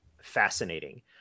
fascinating